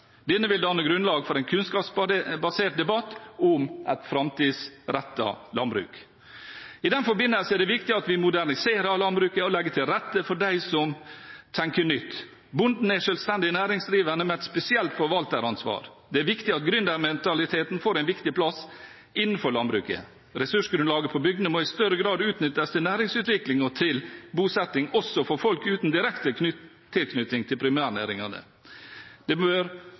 Denne vil danne grunnlag for en kunnskapsbasert debatt om et framtidsrettet landbruk. I den forbindelse er det viktig at vi moderniserer landbruket og legger til rette for dem som tenker nytt. Bonden er en selvstendig næringsdrivende med et spesielt forvalteransvar. Det er viktig at gründermentaliteten får en viktig plass innenfor landbruket. Ressursgrunnlaget på bygdene må i større grad utnyttes til næringsutvikling og bosetting, også for folk uten direkte tilknytning til primærnæringene. Det